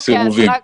סירובים.